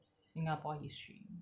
singapore history